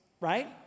right